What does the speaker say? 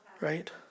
right